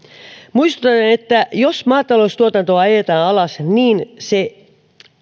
muistutan että jos maataloustuotanto ajetaan alas niin se